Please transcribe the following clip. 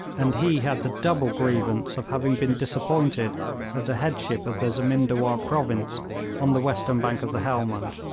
and he had the double grievance of having been disappointed of the headship of the zemindawar province on the western bank of the helmund,